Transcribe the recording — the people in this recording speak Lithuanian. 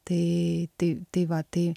tai tai tai va tai